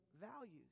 values